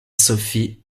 sophie